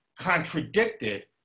contradicted